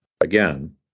again